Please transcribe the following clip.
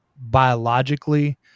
biologically